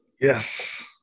yes